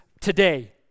today